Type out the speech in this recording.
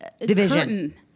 Division